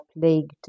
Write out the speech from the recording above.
plagued